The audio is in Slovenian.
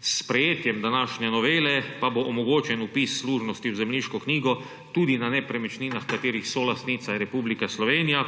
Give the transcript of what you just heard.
sprejetjem današnje novele pa bo omogočen vpis služnosti v zemljiško knjigo tudi na nepremičninah, katerih solastnica je Republika Slovenija,